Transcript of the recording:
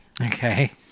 okay